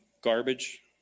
garbage